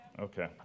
Okay